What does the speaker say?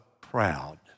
proud